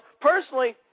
personally